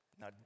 Now